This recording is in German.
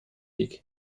league